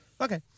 Okay